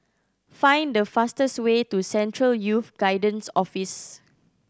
find the fastest way to Central Youth Guidance Office